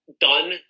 done